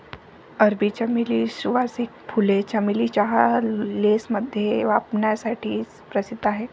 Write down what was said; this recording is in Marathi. अरबी चमेली, सुवासिक फुले, चमेली चहा, लेसमध्ये वापरण्यासाठी प्रसिद्ध आहेत